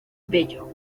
bello